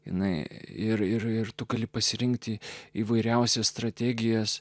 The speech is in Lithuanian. jinai ir ir ir tu gali pasirinkti įvairiausias strategijas